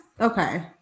okay